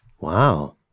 Wow